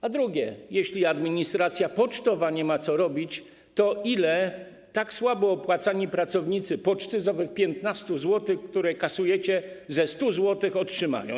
Po drugie, jeśli administracja pocztowa nie ma co robić, to ile tak słabo opłacani pracownicy poczty z owych 15 zł, które kasujecie ze 100 zł, otrzymają?